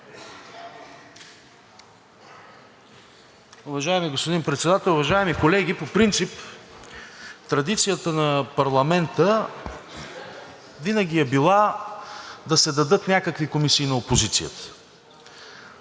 Уважаеми господин Председател, уважаеми колеги! По принцип традицията на парламента е била винаги да се дадат някакви комисии на опозицията,